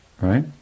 Right